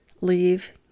leave